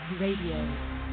Radio